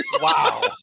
wow